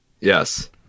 Yes